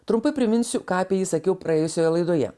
trumpai priminsiu ką apie jį sakiau praėjusioje laidoje